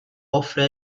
offre